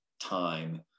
time